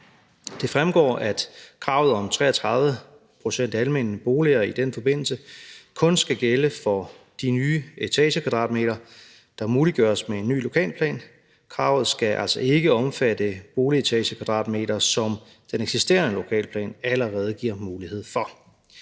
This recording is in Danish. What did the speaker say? Det fremgår, at kravet om 33 pct. almene boliger i den forbindelse kun skal gælde for de nye etagekvadratmeter, der muliggøres med en ny lokalplan. Kravet skal altså ikke omfatte boligetagekvadratmeter, som den eksisterende lokalplan allerede giver mulighed for.